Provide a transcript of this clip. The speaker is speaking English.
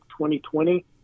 2020